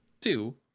Two